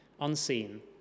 unseen